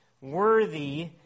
worthy